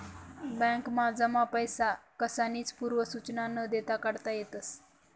बॅकमा जमा पैसा कसानीच पूर्व सुचना न देता काढता येतस